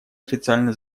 официально